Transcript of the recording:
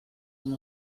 amb